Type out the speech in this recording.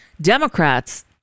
Democrats